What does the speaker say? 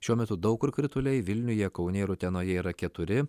šiuo metu daug kur krituliai vilniuje kaune ir utenoje yra keturi